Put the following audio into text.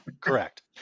Correct